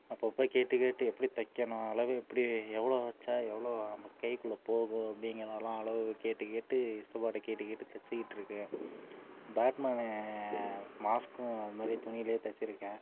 அப்பப்போ கேட்டு கேட்டு எப்படி தைக்கிணும் அளவு எப்படி எவ்வளோ வைச்சா எவ்வளோ நம்ம கைக்குள்ளே போகும் அப்படிங்கிறதெலாம் அளவு கேட்டு கேட்டு சித்தப்பாகிட்ட கேட்டு கேட்டு தைச்சுக்கிட்ருக்கேன் பேட் மேனு மாஸ்க்கும் அது மாதிரி துணியிலே தைச்சுருக்கேன்